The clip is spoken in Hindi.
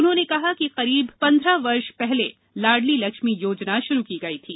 उन्होंने कहा कि करीब पंद्रह वर्ष पूर्व लाड़ली लक्ष्मी योजना प्रारंभ की गई थी